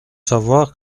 savoir